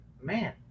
man